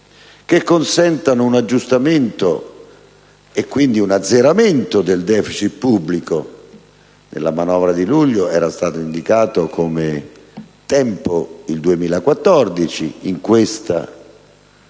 che consentano un aggiustamento e quindi un azzeramento del *deficit* pubblico (nella manovra di luglio era stato indicato come termine il 2014 ed in quella ora